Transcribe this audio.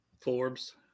Forbes